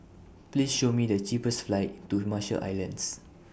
Please Show Me The cheapest flights to The Marshall Islands